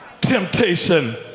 temptation